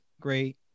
great